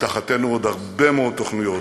באמתחתנו עוד הרבה מאוד תוכניות